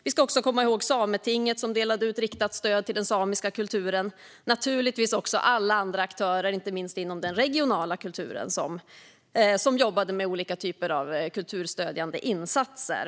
Vi ska också komma ihåg Sametinget, som delade ut riktat stöd till den samiska kulturen, samt naturligtvis också alla andra aktörer, inte minst inom den regionala kulturen, som jobbade med olika typer av kulturstödjande insatser.